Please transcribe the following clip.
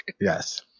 Yes